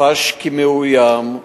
חש מאוים,